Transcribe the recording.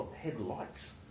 headlights